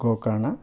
Gokarna